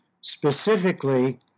Specifically